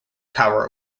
power